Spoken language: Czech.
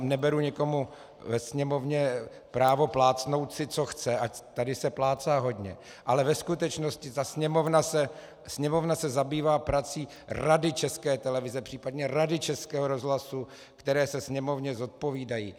Neberu nikomu ve Sněmovně právo plácnout si co chce, tady se plácá hodně, ale ve skutečnosti se Sněmovna zabývá prací Rady České televize, případně Rady Českého rozhlasu, které se Sněmovně zodpovídají.